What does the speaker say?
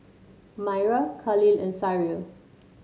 Myra Khalil and Cyril